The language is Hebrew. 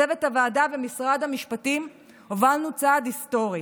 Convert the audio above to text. צוות הוועדה ומשרד המשפטים הובלנו צעד היסטורי: